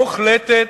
מוחלטת,